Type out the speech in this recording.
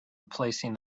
replacing